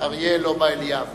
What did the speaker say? אריה לובה אליאב.